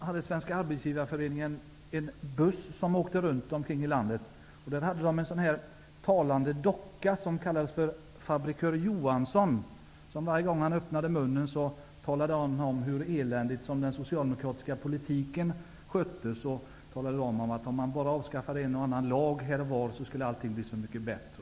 Herr talman! På 70-talet åkte en buss från Svenska Varje gång dockan öppnade munnen talade den om hur eländigt den socialdemokratiska politiken sköttes. Om bara en eller annan lag avskaffades skulle allt bli så mycket bättre.